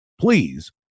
please